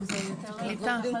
על